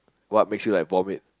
what makes you like vomit